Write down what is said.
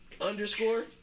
underscore